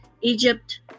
Egypt